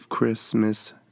Christmas